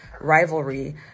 rivalry